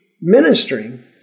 ministering